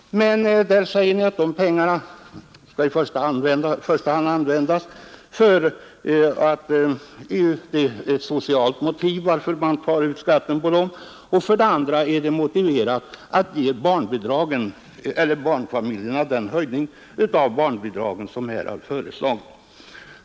Men ert motiv för det är för det första socialt och för det andra att ni vill ge barnfamiljerna den höjning av barnbidragen som föreslagits.